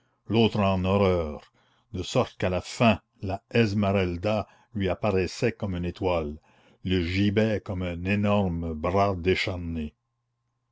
l'autre en horreur de sorte qu'à la fin la esmeralda lui apparaissait comme une étoile le gibet comme un énorme bras